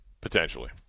potentially